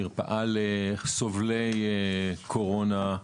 מרפאה לסובלי קורונה.